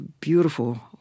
beautiful